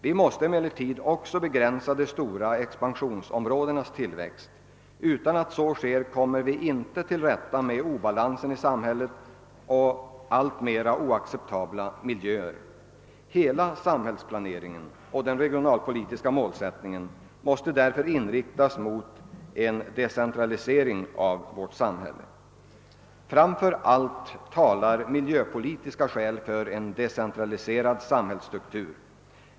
Vi måste emellertid också begränsa de stora expansionsområdenas tillväxt. Utan att så sker kommer vi inte till rätta med obalansen i samhället och med alltmer oacceptabla miljöer. Hela samhällsplaneringen och den regionalpolitiska målsättningen måste därför inriktas mot en decentralisering av samhället. Framför allt talar miljöpolitiska skäl för en decentraliserad sambhällsstruktur.